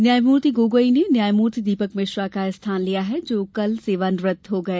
न्यायमूर्ति गोगोई ने न्यायमूर्ति दीपक मिश्रा का स्थान लिया है जो कल सेवानिवृत हो गए